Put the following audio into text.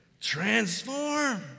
Transform